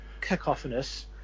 cacophonous